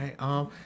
right